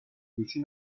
گوشی